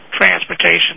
transportation